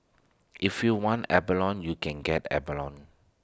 if you want abalone you can get abalone